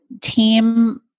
team